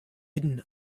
hidden